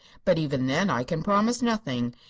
but even then i can promise nothing.